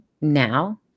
now